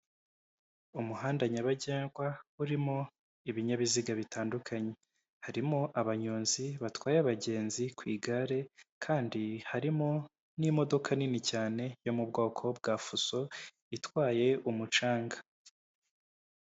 Umuhanda nyabagendwa urimo ibinyabiziga bitandukanye, harimo abanyonzi batwaye abagenzi ku igare kandi harimo n'imodoka nini cyane yo mu bwoko bwa fuso itwaye umucanga.